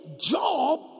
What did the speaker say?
Job